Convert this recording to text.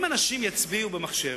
אם אנשים יצביעו במחשב,